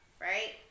right